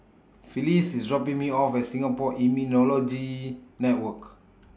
Felice IS dropping Me off At Singapore Immunology Network